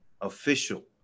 official